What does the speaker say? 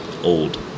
old